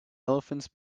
elephants